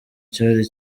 cyari